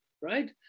Right